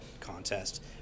contest